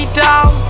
down